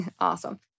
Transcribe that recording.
Awesome